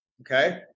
Okay